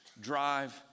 drive